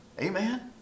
Amen